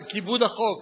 על כיבוד החוק